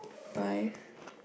five